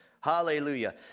Hallelujah